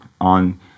on